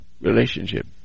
relationship